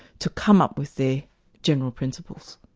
to come up with the general principles.